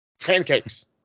Pancakes